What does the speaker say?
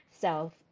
self